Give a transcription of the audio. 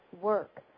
work